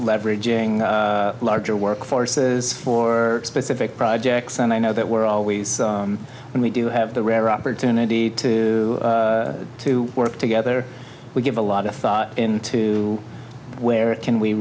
leveraging larger work forces for specific projects and i know that we're always when we do have the rare opportunity to work together we give a lot of thought into where it can we